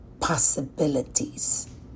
possibilities